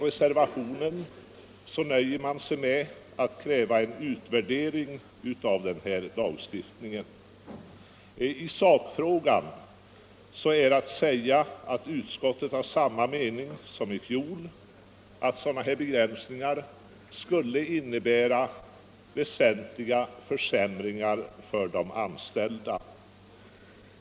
I reservationen nöjer man sig med att kräva en utvärdering av denna lagstiftning. I sakfrågan är att säga att utskottet har samma mening nu som i fjol, nämligen för det första att sådana begränsningar skulle innebära väsentliga försämringar för de anställda.